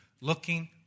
looking